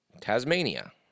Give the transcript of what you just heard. Tasmania